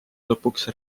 lõpuks